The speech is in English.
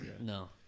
no